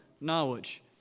knowledge